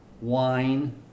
wine